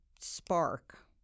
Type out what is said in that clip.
spark